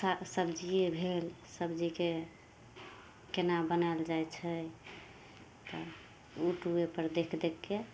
सब्जिए भेल सब्जीके कोना बनाएल जाइ छै तऽ उटूबेपर देखि देखिके